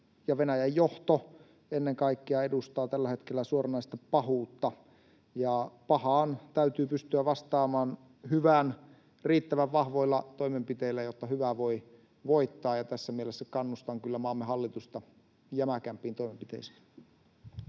Venäjän johto, edustaa tällä hetkellä suoranaista pahuutta, ja pahaan täytyy pystyä vastaamaan hyvän riittävän vahvoilla toimenpiteillä, jotta hyvä voi voittaa, ja tässä mielessä kannustan kyllä maamme hallitusta jämäkämpiin toimenpiteisiin.